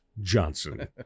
Johnson